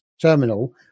terminal